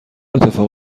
اتفاق